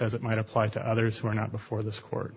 as it might apply to others who are not before this court